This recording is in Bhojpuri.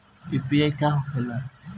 यू.पी.आई का होखेला?